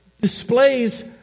displays